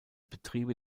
betriebe